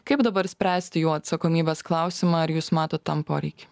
kaip dabar spręsti jo atsakomybės klausimą ar jūs matot tam poreikį